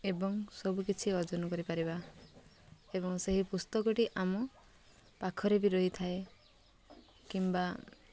ଏବଂ ସବୁ କିଛି ଅର୍ଜନ କରିପାରିବା ଏବଂ ସେହି ପୁସ୍ତକଟି ଆମ ପାଖରେ ବି ରହିଥାଏ କିମ୍ବା